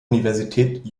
universität